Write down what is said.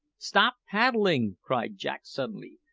stop paddling! cried jack suddenly.